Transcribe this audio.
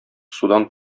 судан